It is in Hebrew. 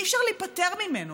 אי-אפשר להיפטר ממנו.